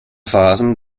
phasen